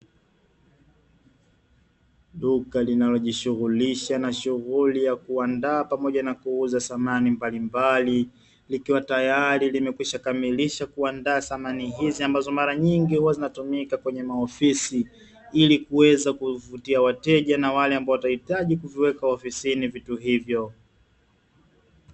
Duka linalojishughulisha na shughuli ya kuandaa pamoja na kuuza samani mbalimbali likiwa tayari limekwisha kamilisha kuandaa samani hizi ambazo mara nyingi huwa zinatumika kwenye maofisi, ili kuweza kuvutia wateja na wale ambao watahitaji kuviweka ofisini vitu hivyo.